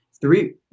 Three